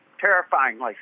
terrifyingly